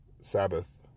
sabbath